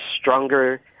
stronger